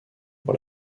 pour